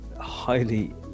highly